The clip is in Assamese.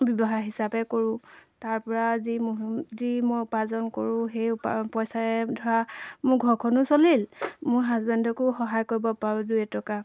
ব্যৱহাৰ হিচাপে কৰোঁ তাৰপৰা যি যি মই উপাৰ্জন কৰোঁ সেই উপ পইচাৰে ধৰা মোৰ ঘৰখনো চলিল মোৰ হাজবেণ্ডকো সহায় কৰিব পাৰোঁ দুই এটকা